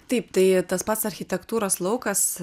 taip tai tas pats architektūros laukas